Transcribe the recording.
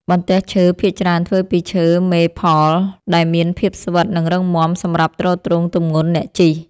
បន្ទះឈើ ភាគច្រើនធ្វើពីឈើម៉េផល ដែលមានភាពស្វិត និងរឹងមាំសម្រាប់ទ្រទ្រង់ទម្ងន់អ្នកជិះ។